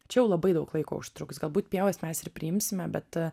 čia jau labai daug laiko užtruks galbūt pievas mes ir priimsime bet